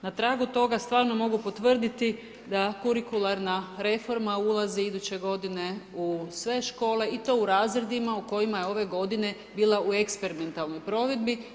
Na tragu toga, stvarno mogu potvrditi da kurikularna reforma ulazi iduće g. u sve škole i u to u razredima u koje ima je ove g. bila u eksperimentalnoj provedbi.